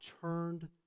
turned